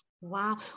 Wow